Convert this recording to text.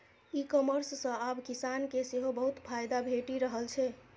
ई commerce सं आब किसान के सेहो बहुत फायदा भेटि रहल छै